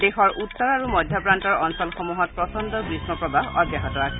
দেশৰ উত্তৰ আৰু মধ্য প্ৰান্তৰ অঞ্চলসমূহত প্ৰচণ্ড গ্ৰীমপ্ৰবাহ অব্যাহত আছে